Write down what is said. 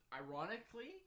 Ironically